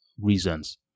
reasons